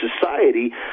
society